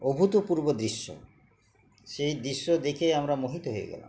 অভূত পূর্ব দৃশ্য সেই দৃশ্য দেখে আমরা মোহিত হয়ে গেলাম